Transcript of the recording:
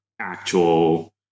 actual